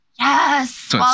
yes